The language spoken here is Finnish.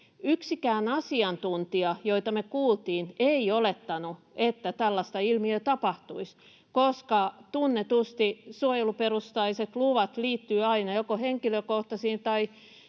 Yksikään asiantuntija, jota me kuultiin, ei olettanut, että tällaista ilmiötä tapahtuisi, koska tunnetusti suojeluperustaiset luvat liittyvät aina joko henkilökohtaisiin tai